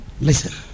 Listen